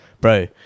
bro